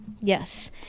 Yes